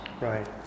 Right